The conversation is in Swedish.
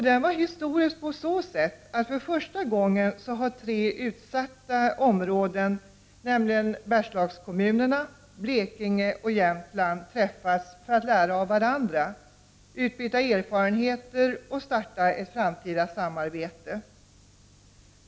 Den är historisk på så sätt att för första gången har representanter för tre utsatta områden, nämligen Bergslagskommunerna, Blekinge och Jämtland träffats för att lära av varandra, utbyta erfarenheter och starta ett framtida samarbete.